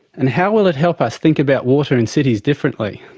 and how will it help us think about water in cities differently?